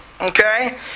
Okay